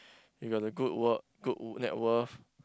if you are the good work good net worth